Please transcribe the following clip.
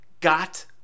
got